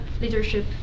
leadership